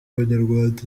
abanyarwanda